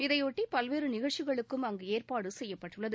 இதையொட்டி பல்வேறு நிகழ்ச்சிகளுக்கும் அங்கு ஏற்பாடு செய்யப்பட்டுள்ளது